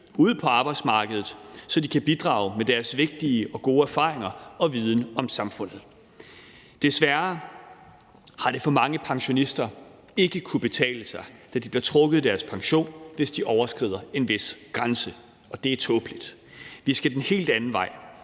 ud på arbejdsmarkedet, så de kan bidrage med deres vigtige og gode erfaringer og viden om samfundet. Desværre har det for mange pensionister ikke kunnet betale sige, da de bliver trukket i deres pension, hvis de overskrider en vis grænse, og det er tåbeligt. Vi skal den helt anden vej,